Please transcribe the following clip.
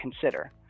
consider